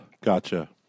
Gotcha